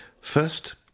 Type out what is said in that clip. First